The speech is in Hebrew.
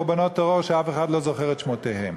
קורבנות טרור שאף אחד לא זוכר את שמותיהם.